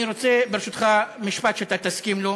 אני רוצה, ברשותך, משפט שאתה תסכים לו.